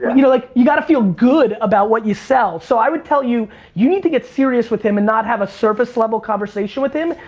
you know like you gotta feel good about what you sell. so i would tell you, you need to get serious with him, and not have a surface level conversation with him.